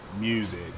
music